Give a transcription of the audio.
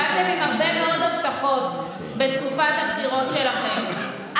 באתם עם הרבה מאוד הבטחות בתקופת הבחירות שלכם.